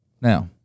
Now